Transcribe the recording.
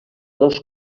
dos